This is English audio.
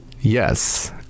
yes